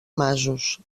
masos